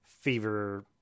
fever